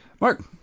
Mark